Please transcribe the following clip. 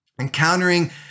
encountering